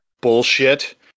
bullshit